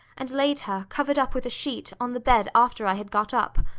and laid her, covered up with a sheet, on the bed after i had got up.